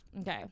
okay